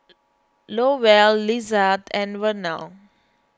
Lowell Lizeth and Vernal